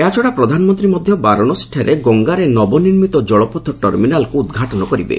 ଏହାଛଡ଼ା ପ୍ରଧାନମନ୍ତ୍ରୀ ମଧ୍ୟ ବାରାଣସୀଠାରେ ଗଙ୍ଗାରେ ନବନିର୍ମିତ କଳପଥ ଟର୍ମିନାଲ୍କୁ ଉଦ୍ଘାଟନ କରିବେ